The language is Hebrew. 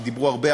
כי דיברו הרבה,